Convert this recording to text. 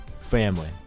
Family